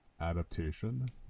Adaptation